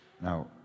Now